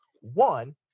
One